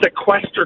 sequester